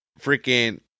freaking